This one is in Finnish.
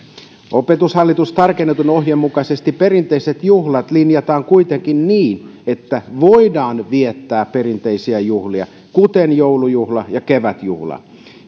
opetushallituksen tarkennetun ohjeen mukaisesti perinteiset juhlat linjataan kuitenkin niin että voidaan viettää perinteisiä juhlia kuten joulujuhla ja kevätjuhla